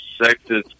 sexist